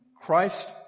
Christ